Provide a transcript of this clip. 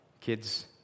kids